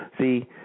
See